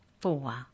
four